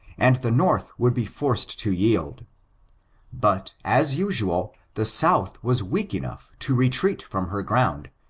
and the north would be forced to yield but, as usual, the south was weak enough to retreat from her ground,